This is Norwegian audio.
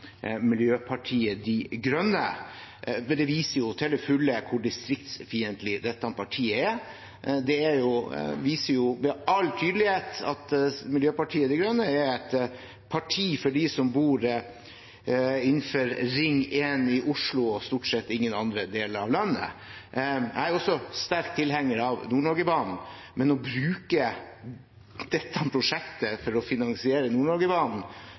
Miljøpartiet De Grønne, men det viser jo til fulle hvor distriktsfiendtlig dette partiet er. Det viser med all tydelighet at Miljøpartiet De Grønne er et parti for dem som bor innenfor Ring 1 i Oslo – og stort sett ingen andre deler av landet. Jeg er også sterk tilhenger av Nord-Norge-banen, men å bruke dette prosjektet for å finansiere